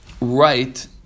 right